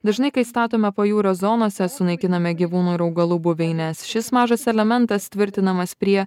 dažnai kai statome pajūrio zonose sunaikiname gyvūnų ir augalų buveines šis mažas elementas tvirtinamas prie